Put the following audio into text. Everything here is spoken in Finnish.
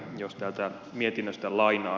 jos täältä mietinnöstä lainaan